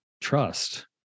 trust